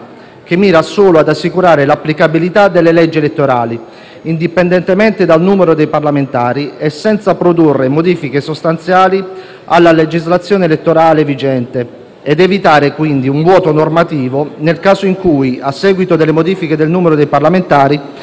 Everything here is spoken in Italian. che mira solo ad assicurare l'applicabilità delle leggi elettorali indipendentemente dal numero dei parlamentari, senza produrre modifiche sostanziali alla legislazione elettorale vigente, e a evitare quindi un vuoto normativo nel caso in cui, a seguito della modifica del numero dei parlamentari,